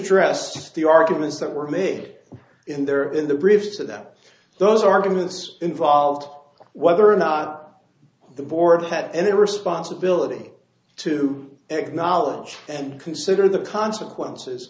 address the arguments that were made in there in the brief so that those arguments involved whether or not the board had any responsibility to acknowledge and consider the consequences